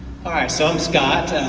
ah so i'm scott,